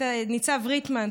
ניצב ריטמן,